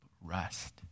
Rest